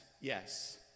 yes